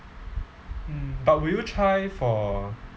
mm but will you try for